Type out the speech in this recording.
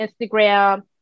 Instagram